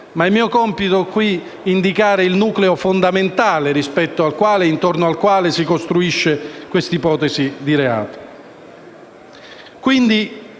Il mio compito qui è indicare il nucleo fondamentale intorno al quale si costruisce questa ipotesi di reato.